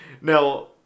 now